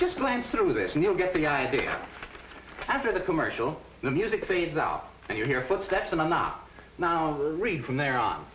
just plans to do this and you'll get the idea after the commercial the music seeds out and you hear footsteps and i'm not now read from there on